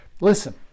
listen